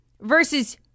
versus